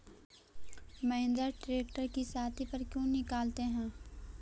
Mahindra tractor किसति पर क्यों निकालते हैं?